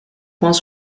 points